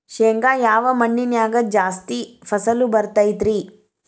ಶೇಂಗಾ ಯಾವ ಮಣ್ಣಿನ್ಯಾಗ ಜಾಸ್ತಿ ಫಸಲು ಬರತೈತ್ರಿ?